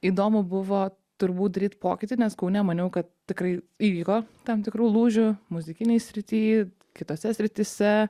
įdomu buvo turbūt daryt pokytį nes kaune maniau kad tikrai įvyko tam tikrų lūžių muzikinėj srity kitose srityse